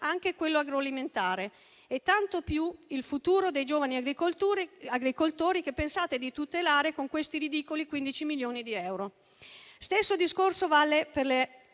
anche quello agroalimentare, e tanto più il futuro dei giovani agricoltori che pensate di tutelare con quei ridicoli 15 milioni di euro. Lo stesso discorso vale per le